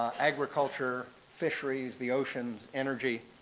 ah agriculture, fisheries, the oceans, energy,